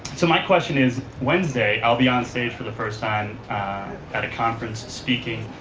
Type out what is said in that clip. so my question is wednesday i'll be on stage for the first time at a conference speaking